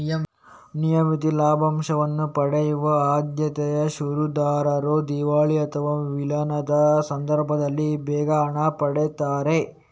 ನಿಯಮಿತ ಲಾಭಾಂಶವನ್ನ ಪಡೆಯುವ ಆದ್ಯತೆಯ ಷೇರುದಾರರು ದಿವಾಳಿ ಅಥವಾ ವಿಲೀನದ ಸಂದರ್ಭದಲ್ಲಿ ಬೇಗ ಹಣ ಪಡೀತಾರೆ